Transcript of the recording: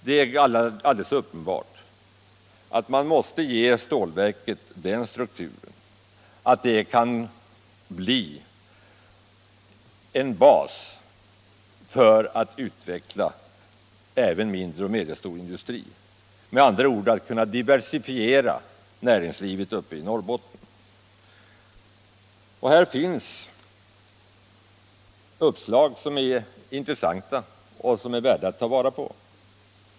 Det är alldeles uppenbart att man måste ge stålverket den strukturen att det kan bli en bas för utveckling av även mindre och medelstor industri, med andra ord kunna diversifiera näringslivet uppe i Norrbotten. Här finns uppslag som är intressanta och värda att ta vara på.